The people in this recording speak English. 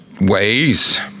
ways